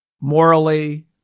morally